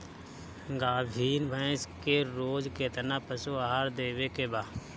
गाभीन भैंस के रोज कितना पशु आहार देवे के बा?